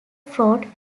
fraught